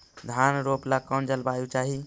धान रोप ला कौन जलवायु चाही?